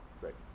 great